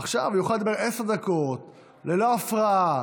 עכשיו תוכל לדבר עשר דקות ללא הפרעה,